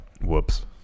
Whoops